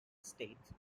states